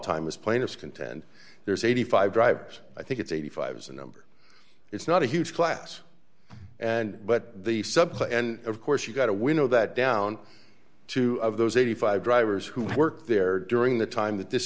time as plain as content there's eighty five drives i think it's eight hundred and fifty number it's not a huge class and but the subway and of course you've got a window that down two of those eighty five drivers who work there during the time that this